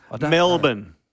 Melbourne